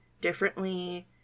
differently